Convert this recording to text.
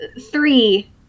three